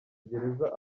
gereza